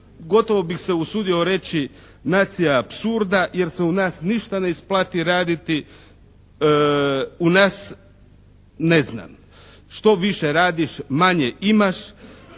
gotovo bih se usudio reći nacija apsurda jer se u nas ništa ne isplati raditi, u nas ne znam, što više radiš manje imaš